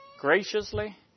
graciously